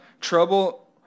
trouble